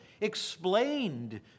explained